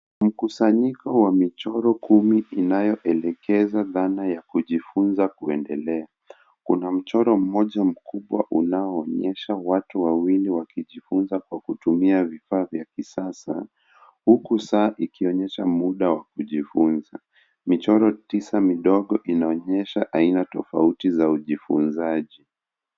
Mkusanyiko wa michoro kumi inayoelekeza dhana ya kujifunza kuendelea. Kuna mchoro mmoja mkubwa unaoonyesha watu wawili wakijifunza kwa kutumia vifaa vya kisasa huku saa ikionyesha muda wa kujifunza. Michoro tisa midogo inaonyesha aina tofauti za ujifunzaji.